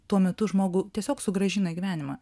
tuo metu žmogų tiesiog sugrąžina į gyvenimą